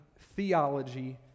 theology